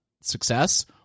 success